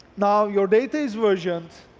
now your data is versioned,